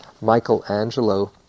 Michelangelo